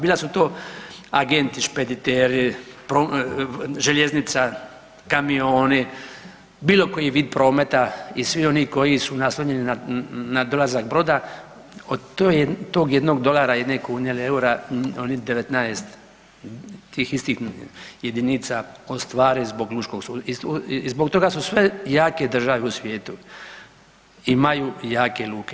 Bilo da su to agenti, špediteri, željeznica kamioni, bilo koji vid prometa i svi oni koji su naslonjeni na dolazak broda, od tog jednog dolara, jedne kune ili eura oni 19 tih istih jedinica ostvare zbog lučkog sustava, i zbog toga su sve jake države u svijetu imaju jake luke.